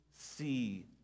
see